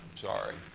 Sorry